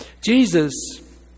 Jesus